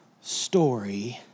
story